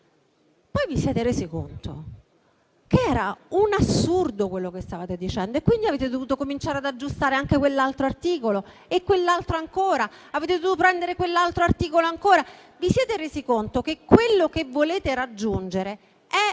Poi vi siete resi conto che era un assurdo quello che stavate dicendo e quindi avete dovuto cominciare ad aggiustare anche quell'altro articolo e quell'altro ancora; avete dovuto prendere quell'altro articolo ancora. Vi siete resi conto che quello che volete raggiungere è impossibile